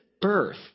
birth